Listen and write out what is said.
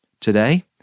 Today